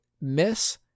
Miss